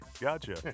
Gotcha